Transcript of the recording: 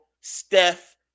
Steph